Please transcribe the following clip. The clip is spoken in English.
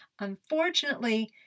unfortunately